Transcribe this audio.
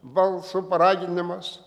balso paraginimas